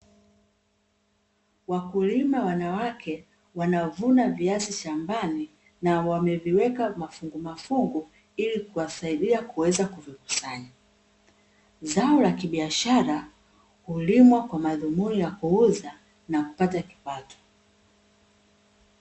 Wakulima wanawake wanavuna viazi shambani na wameviweka mafungumafungu ili kuwasaidia kuweza kuvikusanya. Zao la kibiashara hulimwa kwa madhumini ya kuuza na kupata kipato.